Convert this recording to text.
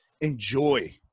enjoy